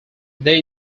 they